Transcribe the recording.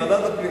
ועדת הפנים.